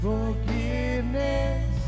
Forgiveness